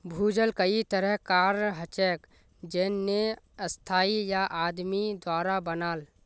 भूजल कई तरह कार हछेक जेन्ने स्थाई या आदमी द्वारा बनाल